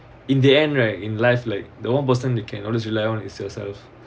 in the end right in life like the one person you can always rely on is yourself